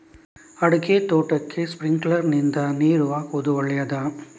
ಅಡಿಕೆ ತೋಟಕ್ಕೆ ಸ್ಪ್ರಿಂಕ್ಲರ್ ನಿಂದ ನೀರು ಹಾಕುವುದು ಒಳ್ಳೆಯದ?